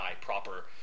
proper